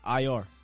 IR